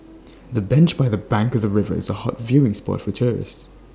the bench by the bank of the river is A hot viewing spot for tourists